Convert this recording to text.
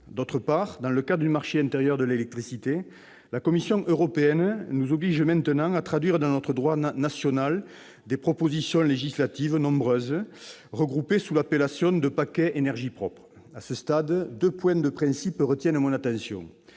De plus, dans le cadre du marché intérieur de l'électricité, la Commission européenne nous oblige maintenant à traduire dans notre droit national de nombreuses propositions législatives regroupées sous l'appellation de « paquet énergie propre ». À ce stade, deux points de principe retiennent mon attention,